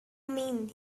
mean